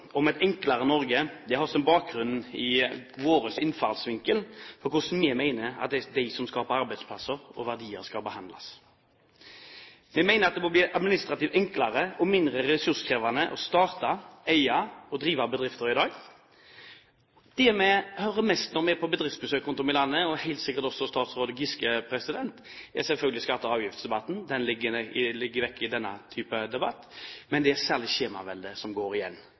om et enklere Norge har sin bakgrunn i vår innfallsvinkel til hvordan vi mener at de som skaper arbeidsplasser og verdier, skal behandles. Vi mener at det må bli administrativt enklere og mindre ressurskrevende å starte, eie og drive bedrifter i dag. Det vi, og helt sikkert også statsråd Giske, hører mest om når vi er på bedriftsbesøk rundt om i landet, er selvfølgelig skatter og avgifter – det legger vi vekk i denne typen debatt – men det er særlig skjemaveldet som går igjen,